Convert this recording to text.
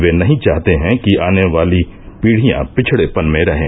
वे नहीं चाहते कि आने वाली पीढ़ियां पिछड़ेपन में रहें